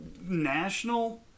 national